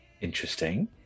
interesting